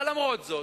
אבל למרות זאת,